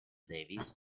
davis